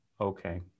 okay